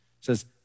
says